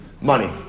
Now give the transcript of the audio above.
Money